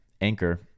Anchor